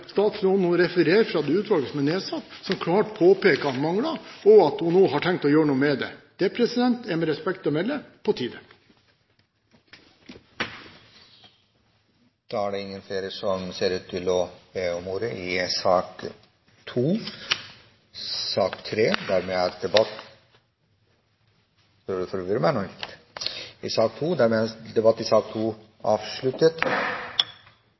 nå refererer fra det utvalget som er nedsatt, som klart påpeker mangler, og at hun nå har tenkt å gjøre noe med det. Det er med respekt å melde på tide. Flere har ikke bedt om ordet til sak nr. 3. Denne rapporten omfatter mange selskaper. Det er foretatt ni utvidede kontroller. Det rettes en del kritikk mot en del departementer. Ingen av de statsrådene det gjelder, er til stede i